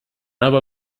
aber